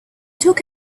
took